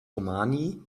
romani